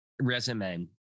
resume